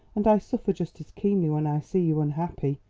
and i suffer just as keenly when i see you unhappy.